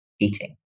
eating